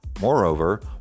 Moreover